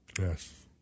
Yes